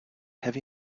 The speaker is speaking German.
heavy